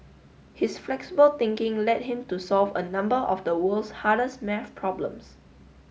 his flexible thinking led him to solve a number of the world's hardest maths problems